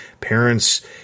parents